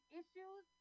issues